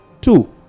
Two